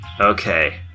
Okay